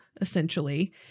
essentially